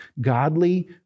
godly